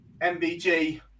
MBG